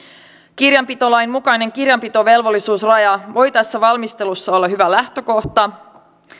kirjanpitolain mukainen kirjanpitovelvollisuusraja voi tässä valmistelussa olla hyvä lähtökohta